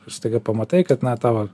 staiga pamatai kad na tavo